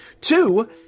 Two